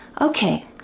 Okay